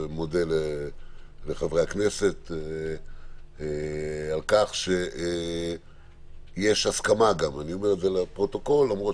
ומודה לחברי הכנסת על כך שיש הסכמה בוועדת